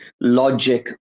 logic